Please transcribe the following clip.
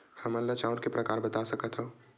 हमन ला चांउर के प्रकार बता सकत हव?